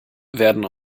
werden